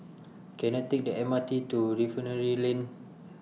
Can I Take The M R T to Refinery Lane